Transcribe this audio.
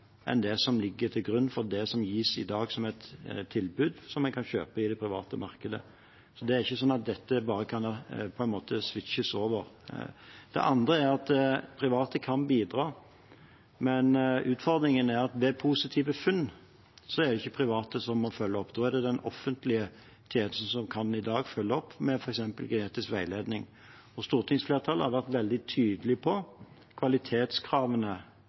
enn det som ligger til grunn for det som i dag gis som et tilbud en kan kjøpe i det private markedet. Det er ikke slik at dette bare kan svitsjes over. Det andre er at private kan bidra, men utfordringen er at ved positive funn er det ikke private som må følge opp. Da er det den offentlige tjenesten som i dag kan følge opp, med f.eks. genetisk veiledning, og stortingsflertallet har vært veldig tydelig på kvalitetskravene